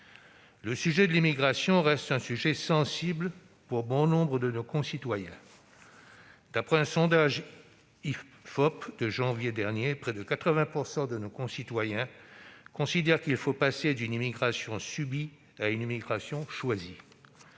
aujourd'hui. L'immigration reste un sujet sensible pour bon nombre de nos concitoyens. D'après un sondage IFOP de janvier dernier, près de 80 % d'entre eux considèrent qu'il faut passer d'une immigration subie à une immigration choisie.